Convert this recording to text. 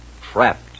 Trapped